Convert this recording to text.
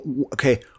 okay